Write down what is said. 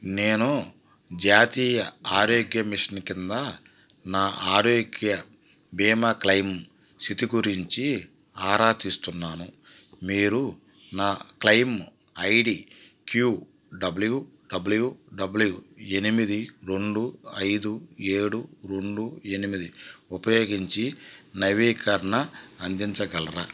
నేను జాతీయ ఆరోగ్య మిషన్ కింద నా ఆరోగ్య బీమా క్లెయిమ్ స్థితి గురించి ఆరా తీస్తున్నాను మీరు నా claim I D Q W W W ఎనిమిది రెండు ఐదు ఏడు రెండు ఎనిమిది ఉపయోగించి నవీకరణ అందించగలరా